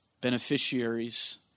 beneficiaries